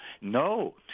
No